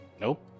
Nope